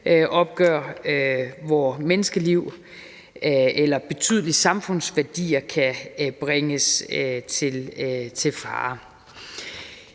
bandeopgør, hvor menneskeliv eller betydelige samfundsværdier kan bringes i fare.